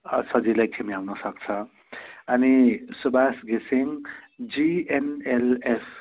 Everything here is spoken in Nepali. सजिलै ठिम्याउन सक्छ अनि सुबास घिसिङ जिएनएलएफ